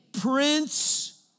Prince